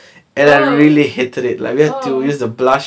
oh oh